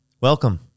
Welcome